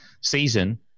season